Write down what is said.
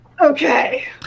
Okay